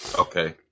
Okay